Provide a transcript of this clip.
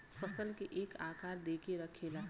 फसल के एक आकार दे के रखेला